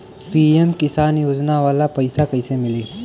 PM Kisan योजना वाला पैसा कईसे मिली?